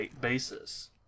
basis